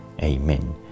Amen